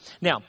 now